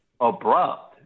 abrupt